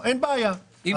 זה